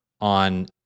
on